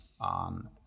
on